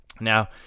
Now